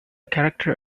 character